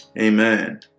Amen